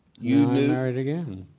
you know married again.